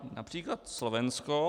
Například Slovensko.